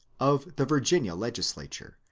of the virginia legislature,